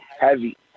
heavy